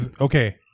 Okay